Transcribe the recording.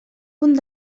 punt